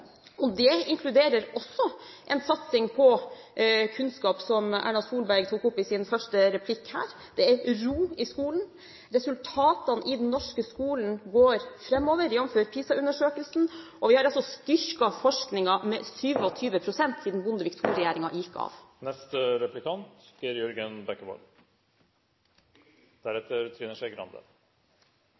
alle. Det inkluderer også en satsing på kunnskap, som Erna Solberg tok opp i sin første replikk her. Det er ro i skolen. Resultatene i den norske skolen går framover, jf. PISA-undersøkelsen, og vi har også styrket forskningen med 27 pst. siden Bondevik II-regjeringen gikk av.